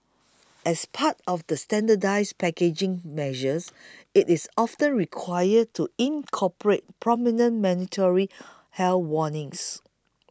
as part of the standardised packaging measures it is often required to incorporate prominent mandatory health warnings